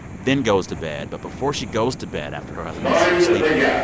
then goes to bed. but before she goes to bed after her husband's sleeping,